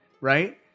right